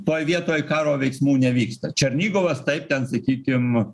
toj vietoj karo veiksmų nevyksta černigovas taip ten sakykim